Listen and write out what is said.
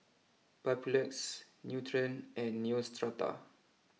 Papulex Nutren and Neostrata